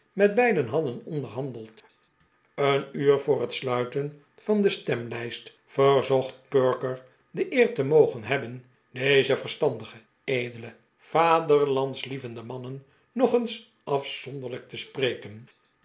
met beide hadden onderhandeld een uur voor het sluiten van de stemlijst verzocht perker de eer te mogen hebben deze verstandige edele vaderlandslievende mannen nog eens afzonderlijk te spreken